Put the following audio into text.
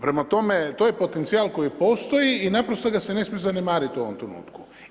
Prema tome, to je potencijal koji postoji i naprosto ga se ne smije zanemariti u ovom trenutku.